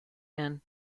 and